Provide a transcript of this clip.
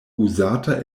uzata